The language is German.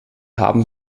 haben